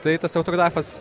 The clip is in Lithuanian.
tai tas autografas